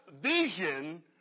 vision